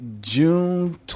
June